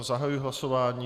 Zahajuji hlasování.